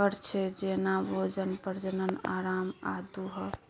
परै छै जेना भोजन, प्रजनन, आराम आ दुहब